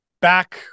Back